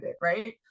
right